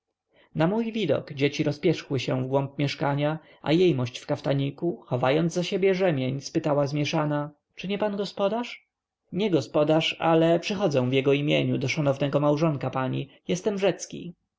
na mój widok dzieci rozpierzchły się w głąb mieszkania a jejmość w kaftaniku chowając za siebie rzemień zapytała zmieszana czy nie pan gospodarz nie gospodarz ale przychodzę w jego imieniu do szanownego małżonka pani jestem rzecki